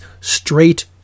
straight